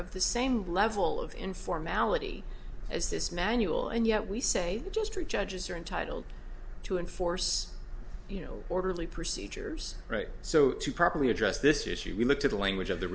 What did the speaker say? of the same level of in formality as this manual and yet we say just three judges are entitled to enforce you know orderly procedures so to properly address this issue we looked at the language of the